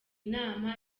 nama